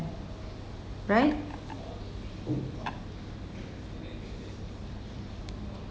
right